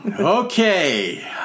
Okay